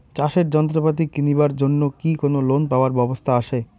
চাষের যন্ত্রপাতি কিনিবার জন্য কি কোনো লোন পাবার ব্যবস্থা আসে?